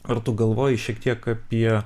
ar tu galvoji šiek tiek apie